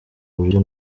buryo